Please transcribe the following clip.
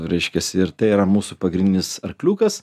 reiškiasi ir tai yra mūsų pagrindinis arkliukas